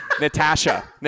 Natasha